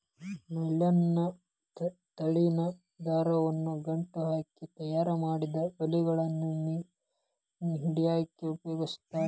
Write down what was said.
nylon ನ ತೆಳ್ಳನ ದಾರವನ್ನ ಗಂಟ ಹಾಕಿ ತಯಾರಿಮಾಡಿದ ಬಲಿಗಳನ್ನ ಮೇನ್ ಹಿಡ್ಯಾಕ್ ಉಪಯೋಗಸ್ತಾರ